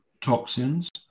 toxins